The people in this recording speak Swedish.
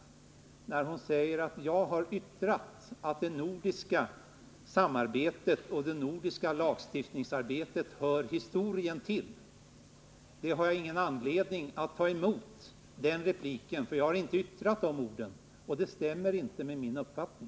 Inger Lindquist sade att jag har yttrat att det nordiska samarbetet och det nordiska lagstiftningsarbetet hör historien till. Den repliken har jag ingen anledning att ta emot, för jag har inte yttrat de orden, och det stämmer inte med min uppfattning.